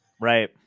Right